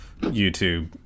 YouTube